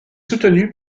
soutenue